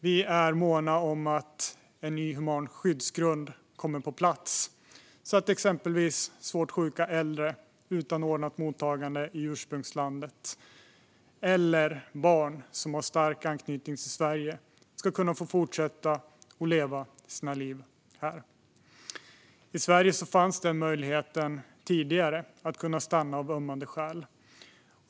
Vi är måna om att en ny human skyddsgrund kommer på plats, så att exempelvis svårt sjuka äldre utan ordnat mottagande i ursprungslandet eller barn som har stark anknytning till Sverige ska kunna få fortsätta att leva sina liv här. I Sverige fanns tidigare möjligheten att stanna av ömmande skäl.